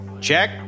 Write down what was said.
Check